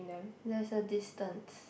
there's a distance